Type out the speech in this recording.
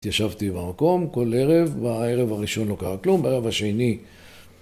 התיישבתי במקום כל ערב, והערב הראשון לא קרה כלום, בערב השני